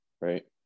right